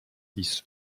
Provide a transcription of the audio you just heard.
six